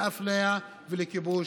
לאפליה ולכיבוש.